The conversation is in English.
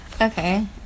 Okay